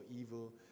evil